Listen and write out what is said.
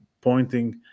pointing